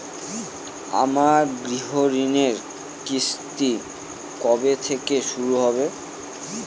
আমার গৃহঋণের কিস্তি কবে থেকে শুরু হবে?